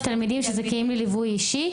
להלן תרגומם: 30,000 תלמידים שזכאים לליווי אישי.